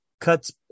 cuts